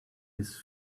his